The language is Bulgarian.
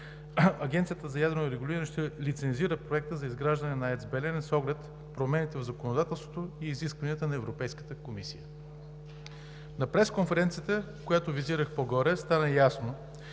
Агенцията за ядрено регулиране ще лицензира Проекта за изграждане на АЕЦ „Белене“ с оглед промените в законодателството и изискванията на Европейската комисия. На пресконференцията, която визирах по-горе, стана ясно,